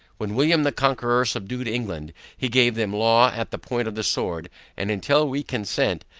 when william the conqueror subdued england, he gave them law at the point of the sword and until we consent,